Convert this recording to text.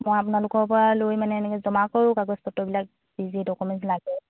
মই আপোনালোকৰ পৰা লৈ মানে এনেকৈ জমা কৰো কাগজ পত্ৰবিলাক যি যি ডকুমেণ্টছ লাগে